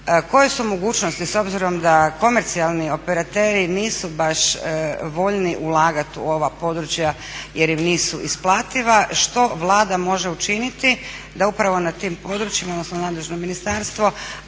koje su mogućnosti s obzirom da komercijalni operateri nisu baš voljni ulagat u ova područja jer im nisu isplativa. Što Vlada može učiniti da upravo na tim područjima odnosno nadležno ministarstvo